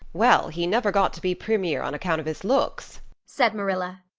well, he never got to be premier on account of his looks, said marilla.